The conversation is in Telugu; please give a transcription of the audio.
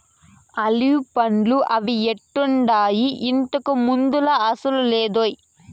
ఆలివ్ పండ్లా అవి ఎట్టుండాయి, ఇంతకు ముందులా అసలు లేదోయ్